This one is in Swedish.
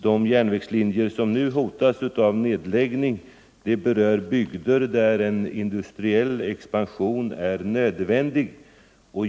De järnvägslinjer som nu hotas av nedläggning berör bygder där en industriell expansion är nödvändig.